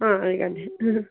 ആ അവരിക്കഞ്ച്